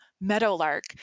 meadowlark